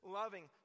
loving